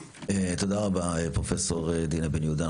תודה רבה פרופ' דינה בן יהודה.